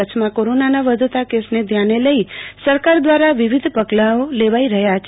કચ્છમાં કોરોનાના વધતા કેસને ધ્યાને લઈ સરકાર દવારા વિવિધ પગલાંઓ લેવાઈ રહયો છે